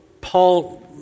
Paul